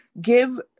give